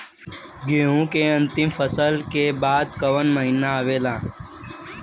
गेहूँ के अंतिम फसल के बाद कवन महीना आवेला?